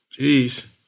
jeez